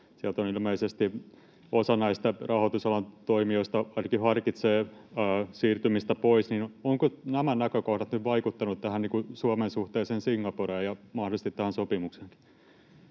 siellä ilmeisesti osa rahoitusalan toimijoista ainakin harkitsee siirtymistä pois — ovatko nämä näkökohdat nyt vaikuttaneet Suomen suhteeseen Singaporeen ja mahdollisesti tähän sopimukseenkin?